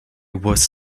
was